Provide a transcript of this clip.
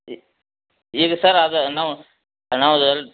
ಈ ಈಗ ಸರ್ ಅದ ನಾವು